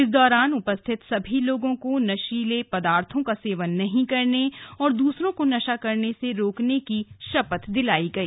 इस दौरान उपस्थित सभी लोगों को नशीले पदार्थों का सेवन नहीं करने और दूसरों को नशा करने से रोकने की शपथ दिलायी गई